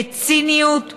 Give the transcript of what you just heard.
בציניות ובאכזריות.